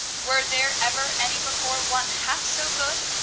were there ever any before one-half so good?